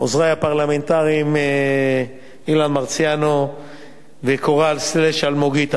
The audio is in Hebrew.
עוזרי הפרלמנטריים אילן מרסיאנו וקורל אלמוגית אבירם.